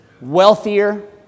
wealthier